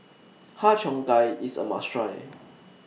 Har Cheong Gai IS A must Try